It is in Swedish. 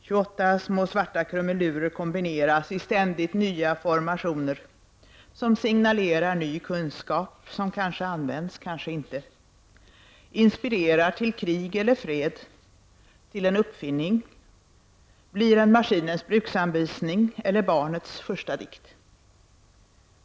28 små svarta krumelurer kombineras i ständigt nya formationer, som signalerar ny kunskap, som kanske används, kanske inte. De inspirerar till krig eller fred, till en uppfinning, blir en maskinbruksanvisning eller barnets första dikt.